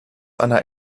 einer